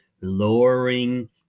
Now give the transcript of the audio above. lowering